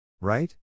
Right